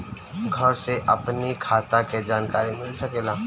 घर से अपनी खाता के जानकारी मिल सकेला?